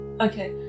Okay